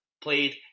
played